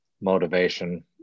motivation